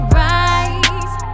rise